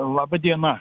laba diena